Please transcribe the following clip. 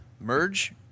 Merge